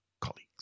colleagues